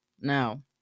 no